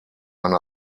eine